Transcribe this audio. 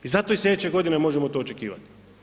I zato i slijedeće godine možemo to očekivati.